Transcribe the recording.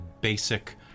basic